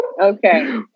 Okay